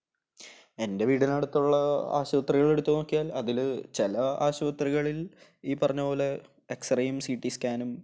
എൻ്റെ വീടിനടുത്തുള്ള ആശുപത്രികളെടുത്ത് നോക്കിയാൽ അതില് ചില ആശുപത്രികളിൽ ഈ പറഞ്ഞ പോലെ എക്സ്റേയും സി ടി സ്കാനും